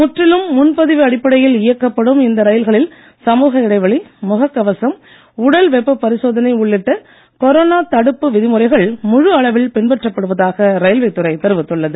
முற்றிலும் முன்பதிவு அடிப்படையில் இயக்கப்படும் இந்த ரயில்களில் சமூக இடைவெளி முகக் கவசம் உடல் வெப்ப பரிசோதனை உள்ளிட்ட கொரோனா தடுப்பு விதிமுறைகள் முழு அளவில் பின்பற்றப்படுவதாக ரயில்வே துறை தெரிவித்துள்ளது